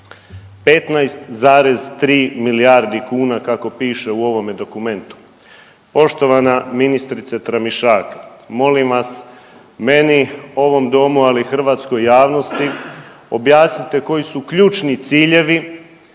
15,3 milijardi kuna kako piše u ovome dokumentu. Poštovana ministrice Tramišak molim vas meni, ovom Domu ali i hrvatskoj javnosti objasnite koji su ključni ciljevi